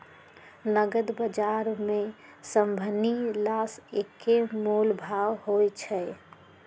नगद बजार में सभनि ला एक्के मोलभाव होई छई